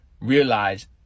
realize